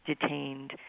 detained